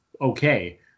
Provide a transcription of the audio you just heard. okay